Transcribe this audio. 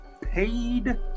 paid